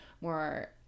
more